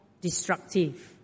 destructive